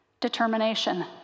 Determination